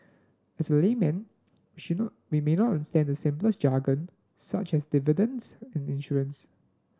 as a laymen she not we may not understand the simplest jargon such as dividends in insurance